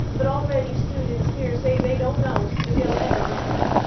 but already students here say they don't know if they'll ever return.